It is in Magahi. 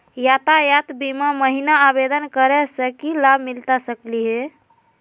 यातायात बीमा महिना आवेदन करै स की लाभ मिलता सकली हे?